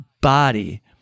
body